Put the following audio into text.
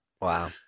Wow